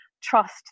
trust